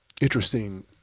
interesting